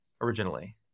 originally